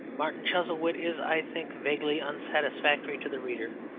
martin chuzzlewit is, i think, vaguely unsatisfactory to the reader,